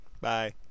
Bye